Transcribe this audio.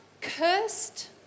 cursed